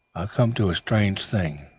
come to a strange thing,